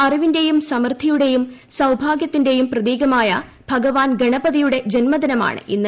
അറിവിന്റെയും സമൃദ്ധിയുടെയും സൌഭാഗൃത്തിന്റെയും പ്രതീകമായ ഭഗവാൻ ഗണപതിയുടെ ജന്മദിനമാണ് ഇന്ന്